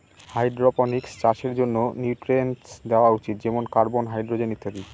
hydroponics চাষের জন্য nutrients দেওয়া উচিত যেমন কার্বন, হাইড্রজেন ইত্যাদি